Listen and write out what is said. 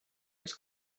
was